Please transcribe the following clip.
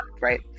right